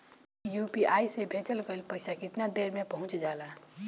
UPI से भेजल गईल पईसा कितना देर में पहुंच जाला?